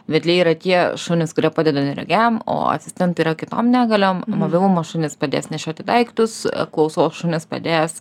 vedliai yra tie šunys kurie padeda neregiam o asistentai yra kitom negaliom mobilumo šunys padės nešioti daiktus klausos šunis padės